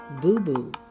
Boo-boo